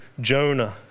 Jonah